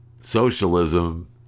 Socialism